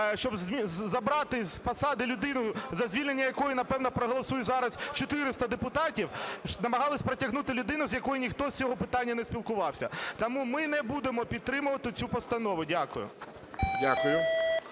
щоб забрати з посади людину, за звільнення якої, напевне, проголосує зараз 400 депутатів, намагались протягнути людину, з якою ніхто з цього питання не спілкувався. Тому ми не будемо підтримувати цю постанову. Дякую.